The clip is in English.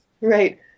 Right